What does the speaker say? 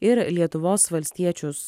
ir lietuvos valstiečius